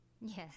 Yes